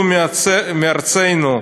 בתחום המזרחנות.